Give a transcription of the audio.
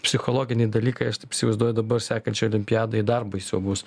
psichologiniai dalykai aš taip įsivaizduoju dabar sekančioj olimpiadoj dar baisiau bus